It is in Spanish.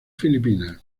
filipinas